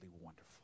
wonderful